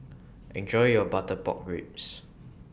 Enjoy your Butter Pork Ribs